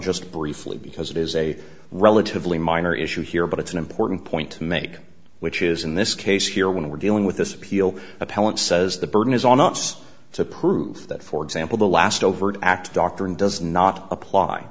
just briefly because it is a relatively minor issue here but it's an important point to make which is in this case here when we're dealing with this appeal appellant says the burden is on us to prove that for example the last overt act doctrine does not apply